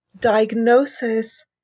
diagnosis